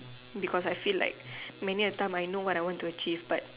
because I feel like many of time I know what I want to achieve but